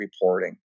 reporting